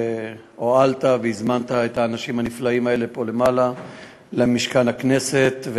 שהואלת והזמנת את האנשים הנפלאים האלה למשכן הכנסת,